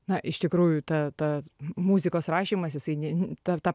na iš tikrųjų ta ta m muzikos rašymas jisai ne tą pa